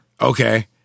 Okay